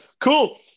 Cool